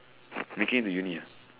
making it into uni ah